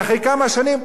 קפיצה,